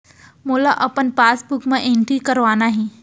मोला अपन पासबुक म एंट्री करवाना हे?